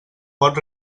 pot